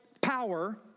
power